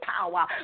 power